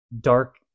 dark